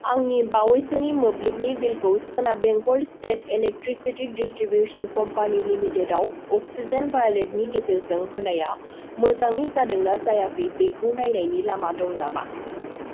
आंनि बावैसोनि मोब्लिबनि बिलखौ सोनाब Bengal state electricity distribution company लिमिटेडआव अक्सिजेन वालेटनि गेजेरजों होनाया मोजाङै जादोंना जायाखै बेखौ नायनायनि लामा दं नामा